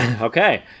Okay